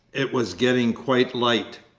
it was getting quite light.